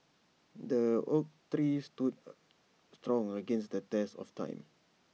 the oak tree stood strong against the test of time